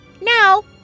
now